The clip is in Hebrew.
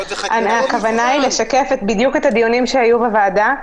הכוונה היא לשקף בדיוק את הדיונים שהיו בוועדה.